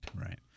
Right